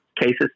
cases